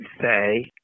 say